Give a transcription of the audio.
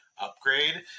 upgrade